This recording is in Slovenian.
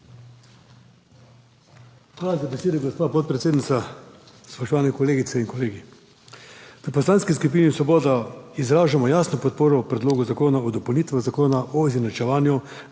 Hvala za besedo, gospa podpredsednica. Spoštovane kolegice in kolegi! V Poslanski skupini Svoboda izražamo jasno podporo Predlogu zakona o dopolnitvah Zakona o izenačevanju